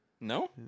No